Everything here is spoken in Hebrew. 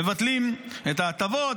מבטלים את ההטבות,